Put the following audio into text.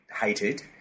hated